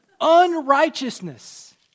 unrighteousness